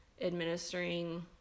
administering